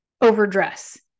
Overdress